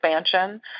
expansion